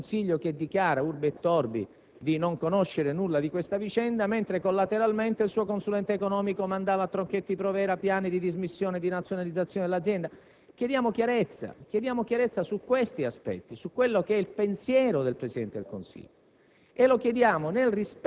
Da un lato abbiamo un Presidente del Consiglio che dichiara, *urbi et* *orbi*, di non sapere nulla di questa vicenda, dall'altro, collateralmente, vi è il suo consulente economico che mandava a Tronchetti Provera piani di dismissione e di nazionalizzazione dell'azienda. Chiediamo chiarezza su questi aspetti, sul pensiero del Presidente del Consiglio.